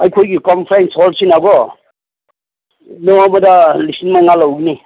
ꯑꯩꯈꯣꯏꯒꯤ ꯀꯟꯐ꯭ꯔꯦꯟꯁ ꯍꯣꯜꯁꯤꯅꯀꯣ ꯅꯣꯡꯃꯗ ꯂꯤꯁꯤꯡ ꯃꯉꯥ ꯂꯧꯒꯅꯤ